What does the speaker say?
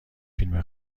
فیلم